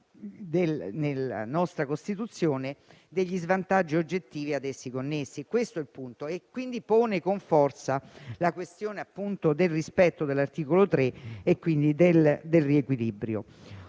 nella nostra Costituzione degli svantaggi oggettivi ad essa connessi - questo è il punto - che pone con forza la questione del rispetto dell'articolo 3, quindi del riequilibrio.